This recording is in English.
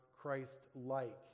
Christ-like